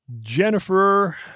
Jennifer